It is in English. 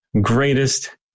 greatest